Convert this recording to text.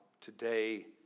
today